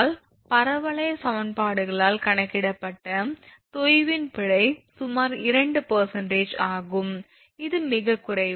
1 L என்றால் பரவளைய சமன்பாடுகளால் கணக்கிடப்பட்ட தொய்வுவின் பிழை சுமார் 2 ஆகும் அது மிகக் குறைவு